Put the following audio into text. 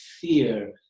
fear